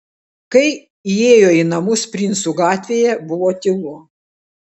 kai įėjo į namus princų gatvėje buvo tylu